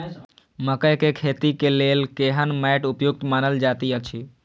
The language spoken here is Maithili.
मकैय के खेती के लेल केहन मैट उपयुक्त मानल जाति अछि?